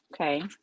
Okay